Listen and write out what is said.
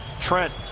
Trent